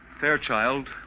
Fairchild